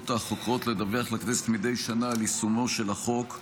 החוקרות לדווח לכנסת מדי שנה על יישומו של החוק.